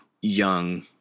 young